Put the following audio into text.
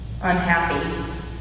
unhappy